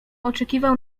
oczekiwał